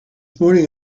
morning